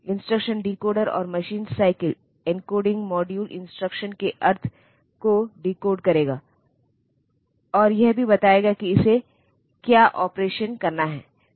instruction decoder और machine cycle encoding module instruction के अर्थ को डिकोड करेगा और यह भी बताएगा कि इसे क्या ऑपरेशन करना है